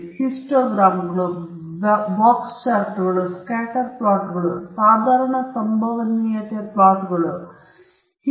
ನೀವು ಹಿಸ್ಟೋಗ್ರಾಮ್ಗಳು ಬಾಕ್ಸ್ ಚಾರ್ಟ್ಗಳು ಸ್ಕ್ಯಾಟರ್ ಪ್ಲಾಟ್ಗಳು ಸಾಧಾರಣ ಸಂಭವನೀಯತೆ ಪ್ಲಾಟ್ಗಳು ಮತ್ತು ಹೀಗೆ ನೋಡುತ್ತಿದ್ದೀರಿ